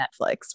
Netflix